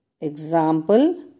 Example